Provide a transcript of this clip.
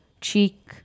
cheek